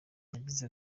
yagize